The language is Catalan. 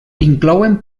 inclouen